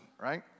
right